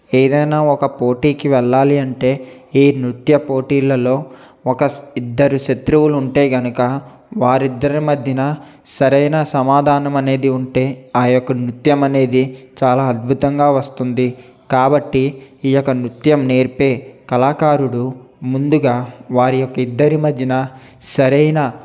ఏదైనా ఒక పోటీకి వెళ్ళాలి అంటే ఈ నృత్య పోటీలలో ఒక ఇద్దరు శత్రువులుంటే గనుక వారిద్దరి మధ్యన సరైన సమాధానమనేది ఉంటే ఆ యొక్క నృత్యం అనేది చాలా అద్భుతంగా వస్తుంది కాబట్టి ఈ యొక్క నృత్యం నేర్పే కళాకారుడు ముందుగా వారి యొక్క ఇద్దరి మధ్యన సరైన